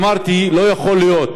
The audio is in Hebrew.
אמרתי שלא יכול להיות